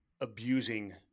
abusing